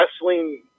wrestling